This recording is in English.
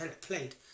played